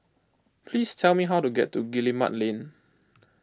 please tell me how to get to Guillemard Lane